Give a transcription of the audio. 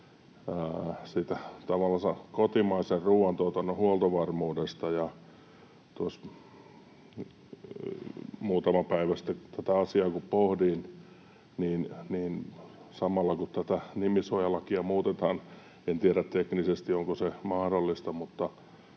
kotimaisen ruuantuotannon huoltovarmuudesta. Tuossa muutama päivä sitten tätä asiaa kun pohdin, niin samalla kun tätä nimisuojalakia muutetaan — en tiedä, onko se teknisesti mahdollista